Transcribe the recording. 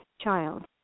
child